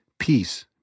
Peace